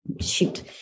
shoot